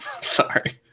sorry